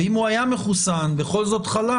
אם הוא היה מחוסן ובכל זאת חלה,